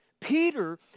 Peter